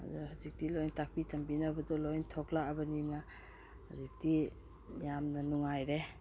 ꯑꯗ ꯍꯧꯖꯤꯛꯇꯤ ꯂꯣꯏ ꯇꯥꯛꯄꯤ ꯇꯝꯕꯤꯅꯕꯗꯣ ꯂꯣꯏ ꯊꯣꯛꯂꯛꯂꯕꯅꯤꯅ ꯍꯧꯖꯤꯛꯇꯤ ꯌꯥꯝꯅ ꯌꯥꯟꯅ ꯅꯨꯡꯉꯥꯏꯔꯦ